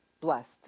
blessed